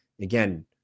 again